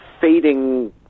fading